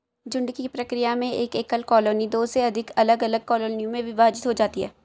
झुंड की प्रक्रिया में एक एकल कॉलोनी दो से अधिक अलग अलग कॉलोनियों में विभाजित हो जाती है